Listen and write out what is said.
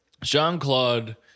Jean-Claude